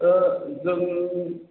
जों